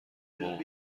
مامان